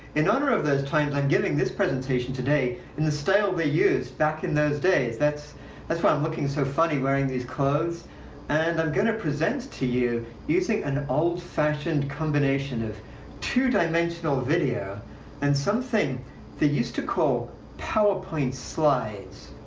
in honor of those times, i'm giving this presentation today in the style they used back in those days. that's that's why i'm looking so funny wearing these clothes and i'm going to present to you using an old-fashioned combination of two-dimensional video and something they used to call powerpoint slides.